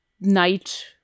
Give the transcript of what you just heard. night